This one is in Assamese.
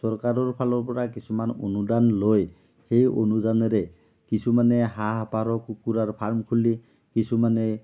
চৰকাৰৰ ফালৰ পৰা কিছুমান অনুদান লৈ সেই অনুদানেৰে কিছুমানে হাঁহ পাৰ কুকুৰাৰ ফাৰ্ম খুলি কিছুমানে